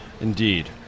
Indeed